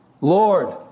Lord